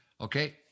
Okay